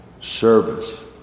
service